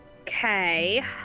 Okay